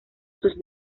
sus